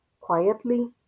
quietly